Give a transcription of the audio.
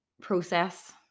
process